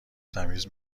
تمیز